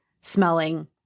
smelling